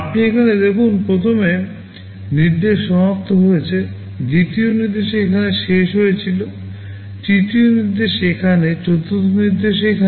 আপনি এখানে দেখুন প্রথম নির্দেশ সমাপ্ত হয়েছে দ্বিতীয় নির্দেশ এখানে শেষ হয়েছিল তৃতীয় নির্দেশ এখানে চতুর্থ নির্দেশ এখানে